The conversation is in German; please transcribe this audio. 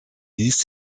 ließ